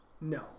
No